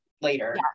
later